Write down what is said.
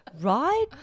right